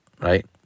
right